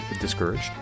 discouraged